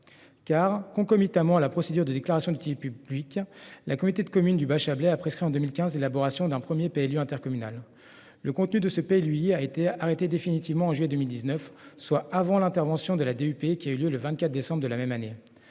Car concomitamment à la procédure de déclaration d'utilité publique, la communauté de communes du Bachabélé a prescrit en 2015, élaboration d'un 1er PLU intercommunal le contenu de ce pays lui a été arrêté définitivement en juillet 2019, soit avant l'intervention de la DUP qui a eu lieu le 24 décembre de la même année.